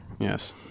Yes